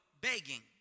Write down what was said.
begging